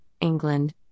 England